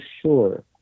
sure